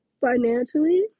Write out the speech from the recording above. financially